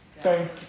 Thank